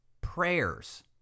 prayers